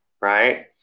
right